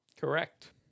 Correct